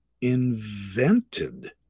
invented